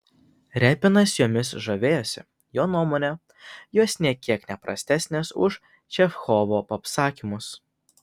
repinas jomis žavėjosi jo nuomone jos nė kiek ne prastesnės už čechovo apsakymus